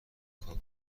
کار